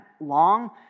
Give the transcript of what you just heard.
long